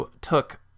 took